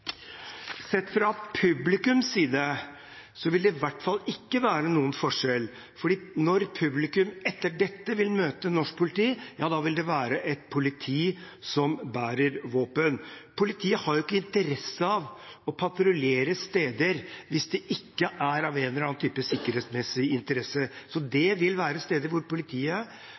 Sett fra publikums side vil det i hvert fall ikke være noen forskjell, for når publikum etter dette vil møte norsk politi, vil det være et politi som bærer våpen. Politiet har jo ikke interesse av å patruljere på steder hvis det ikke har en eller annen type sikkerhetsmessig interesse. Det vil være på steder som politiet